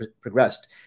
progressed